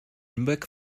nürnberg